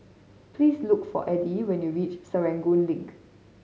please look for Eddy when you reach Serangoon Link